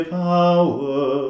power